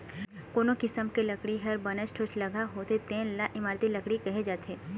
कोनो किसम के लकड़ी ह बनेच ठोसलगहा होथे तेन ल इमारती लकड़ी कहे जाथे